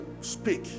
speak